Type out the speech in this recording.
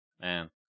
Man